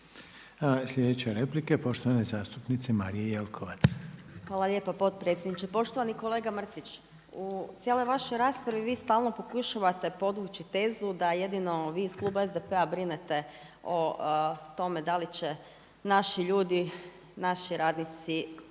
Sljedeća replika je poštovane zastupnice Marije Jelkovac. **Jelkovac, Marija (HDZ)** Hvala lijepa potpredsjedniče. Poštovani kolega Mrsić, u cijeloj vašoj raspravi, vi stalno pokušavate podvući tezu da jedino vi iz Kluba SDP-a brinete o tome da li će naši ljudi, naši radnici